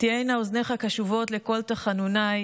תהיינה אזניך קַשֻּׁבות לקול תחנוני.